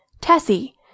Tessie